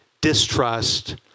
distrust